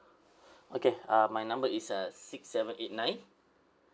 okay uh my number is uh six seven eight nine